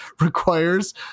requires